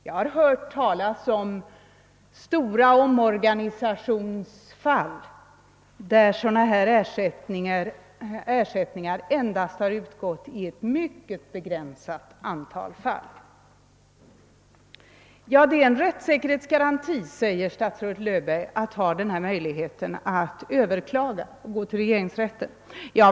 Jag har hört talas om stora omorganisationer, där sådana ersättningar endast utgått i ett mycket begränsat antal fall. Det är en rättssäkerhetsgaranti, säger statsrådet Löfberg, med möjligheten att överklaga hos regeringsrätten.